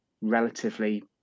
relatively